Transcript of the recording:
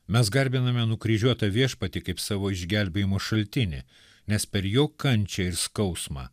mes garbiname nukryžiuotą viešpatį kaip savo išgelbėjimo šaltinį nes per jo kančią ir skausmą